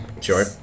sure